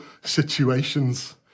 situations